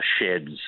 sheds